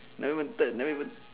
never touch never even